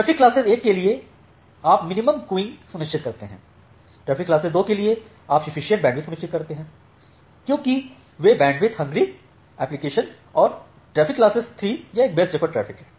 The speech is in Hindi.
ट्रैफिक क्लासेस 1 के लिए आप मिनिमम क्यूइंग डिले सुनिश्चित करते हैं ट्रैफिक क्लासेस 2 के लिए आप सफ्फीसिएंट बैंडविड्थ सुनिश्चित करते हैं क्योंकि वे बैंडविड्थ हंग्री एप्लीकेशन और ट्रैफिक क्लासेस हैं 3 यह एक बेस्ट एफर्ट ट्रैफिक है